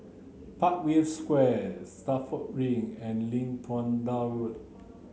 Parkview Square Stagmont Ring and Lim Tua Tow Road